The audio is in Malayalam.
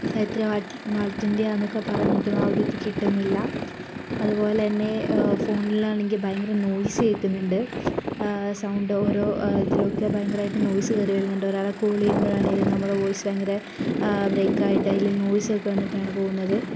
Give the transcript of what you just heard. എത്ര വാൾട്ടിന്റെ ആണെന്നൊക്കെ പറഞ്ഞിട്ടും ആ ഒരു ഇത് കിട്ടുന്നില്ല അതുപോലെ തന്നെ ഫോണിലാണെങ്കിൽ ഭയങ്കര നോയ്സ് കേൾക്കുന്നുണ്ട് സൗണ്ട് ഓരോ ആ ഇതിലൊക്കെ ഭയങ്കരമായിട്ട് നോയ്സ് കയറിവരുന്നുണ്ട് ഒരാളെ കോൾ ചെയ്യുമ്പോഴാണേലും നമ്മുടെ വോയിസ് ഭയങ്കര ബ്രേക്ക് ആയിട്ട് അതിൽ നോയ്സ് ഒക്കെ വന്നിട്ടാണ് പോവുന്നത്